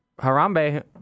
harambe